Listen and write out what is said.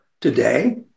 today